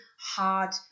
hard